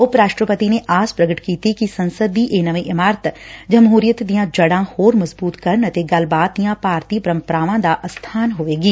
ਉਪ ਰਾਸਟਰਪਤੀ ਨੇ ਆਸ ਪੁਗਟ ਕੀਤੀ ਕਿ ਸੰਸਦ ਦੀ ਇਹ ਨਵੀਂ ਇਮਾਰਤ ਜਮਹੁਰੀਅਤ ਦੀਆਂ ਜੜਾਂ ਹੋਰ ਮਜ਼ਬੂਤ ਕਰਨ ਅਤੇ ਗੱਲਬਾਤ ਦੀਆਂ ਭਾਰਤੀ ਪੁਮਪੰਰਾਵਾਂ ਦਾ ਅਸਬਾਨ ਹੋਵੇਗੀ